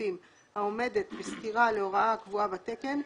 זקפים העומדת בסתירה להוראה הקבועה בתקן,